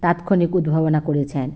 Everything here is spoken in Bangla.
তাৎক্ষণিক উদ্ভাবনা করেছেন